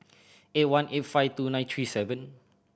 eight one eight five two nine three seven